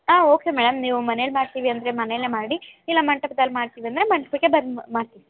ಹಾಂ okay madam ನೀವು ಮನೇಲಿ ಮಾಡ್ತೀವಿ ಅಂದರೆ ಮನೇಲೆ ಮಾಡಿ ಇಲ್ಲ ಮಂಟಪದಲ್ಲಿ ಮಾಡ್ತೀವಿ ಅಂದರೆ ಮಂಟಪಕ್ಕೆ ಬಂದು ಮಾಡ್ತೀವಿ